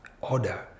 order